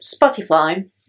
Spotify